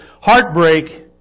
heartbreak